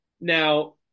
Now